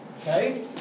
okay